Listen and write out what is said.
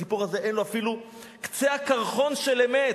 הסיפור הזה אין לו אפילו קצה הקרחון של אמת.